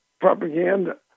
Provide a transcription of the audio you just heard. propaganda